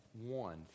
one